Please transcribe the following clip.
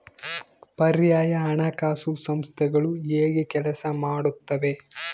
ಪರ್ಯಾಯ ಹಣಕಾಸು ಸಂಸ್ಥೆಗಳು ಹೇಗೆ ಕೆಲಸ ಮಾಡುತ್ತವೆ?